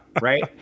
Right